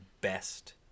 best